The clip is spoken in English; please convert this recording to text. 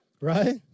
Right